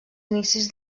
inicis